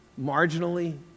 marginally